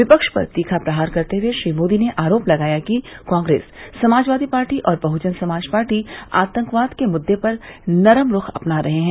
विपक्ष पर तीखा प्रहार करते हुए श्री मोदी ने आरोप लगाया कि कांग्रेस समाजवादी पार्टी और बहुजन समाज पार्टी आतंकवाद के मुद्दे पर नरम रूख अपना रहे हैं